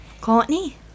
Courtney